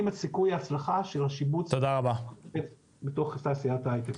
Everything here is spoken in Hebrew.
את סיכוי ההצלחה של השיבוץ בתוך תעשיית ההייטק.